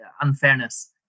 unfairness